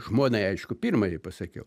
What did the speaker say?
žmonai aišku pirmajai pasakiau